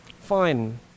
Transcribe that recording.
Fine